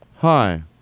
Hi